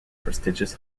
prestigious